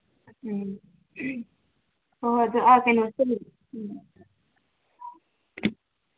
ꯎꯝ ꯍꯣꯏ ꯍꯣꯏ ꯑꯗꯣ ꯀꯩꯅꯣꯗ ꯂꯩ